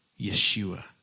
Yeshua